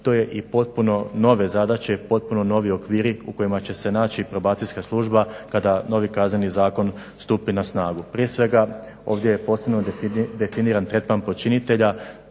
to je i potpuno nove zadaće, potpuno novi okviri u kojima će se naći probacijska služba kada novi KZ stupi na snagu. Prije svega, ovdje je posebno definiran tretman počinitelja,